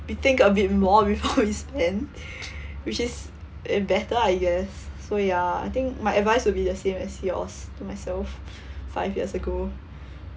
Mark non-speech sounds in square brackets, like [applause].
we think a bit more before [laughs] we spend which is uh better I guess so ya I think my advice would be the same as yours to myself [breath] five years ago